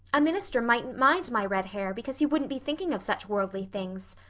a minister mightn't mind my red hair because he wouldn't be thinking of such worldly things.